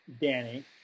Danny